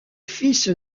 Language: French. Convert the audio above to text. fils